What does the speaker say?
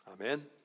Amen